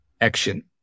action